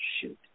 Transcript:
shoot